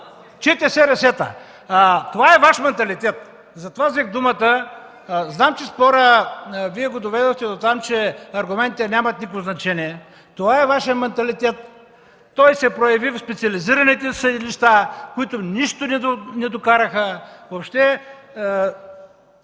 чете СРС-тата. Това е Ваш манталитет. Затова взех думата. Знам, че доведохте спора дотам, че аргументите нямат никакво значение. Това е Вашият манталитет, той се прояви в специализираните съдилища, които нищо не докараха. Въобще